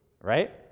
right